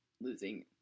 losing